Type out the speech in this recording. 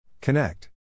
Connect